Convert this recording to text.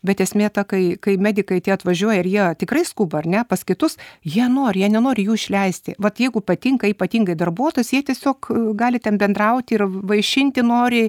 bet esmė ta kai kai medikai tie atvažiuoja ir jie tikrai skuba ar ne pas kitus jie nori jie nenori jų išleisti vat jeigu patinka ypatingai darbuotojas jie tiesiog gali ten bendrauti ir vaišinti noriai